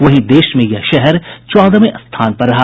वहीं देश में यह शहर चौदहवें स्थान पर रहा